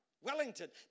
Wellington